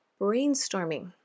brainstorming